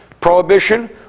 prohibition